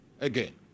again